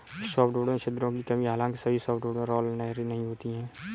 softwood में छिद्रों की कमी हालांकि सभी सॉफ्टवुड में राल नहरें नहीं होती है